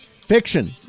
Fiction